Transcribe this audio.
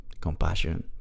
compassion